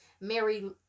Mary